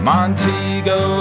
Montego